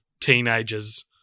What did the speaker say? teenagers